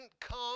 come